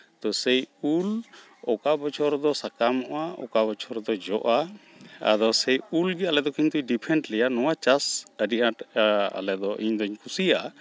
ᱛᱚ ᱥᱮᱹᱭ ᱩᱞ ᱚᱠᱟ ᱵᱚᱪᱷᱚᱨ ᱫᱚ ᱥᱟᱠᱟᱢᱚᱜᱼᱟ ᱚᱠᱟ ᱵᱚᱪᱷᱚᱨ ᱫᱚ ᱡᱚᱜᱼᱟ ᱟᱫᱚ ᱥᱮ ᱩᱞ ᱜᱮ ᱟᱞᱮ ᱫᱚ ᱠᱤᱱᱛᱩ ᱰᱤᱯᱷᱮᱱᱴ ᱞᱮᱭᱟ ᱱᱚᱣᱟ ᱪᱟᱥ ᱟᱹᱰᱤ ᱟᱸᱴ ᱟᱞᱮ ᱫᱚ ᱤᱧ ᱫᱚᱧ ᱠᱩᱥᱤᱭᱟᱜᱼᱟ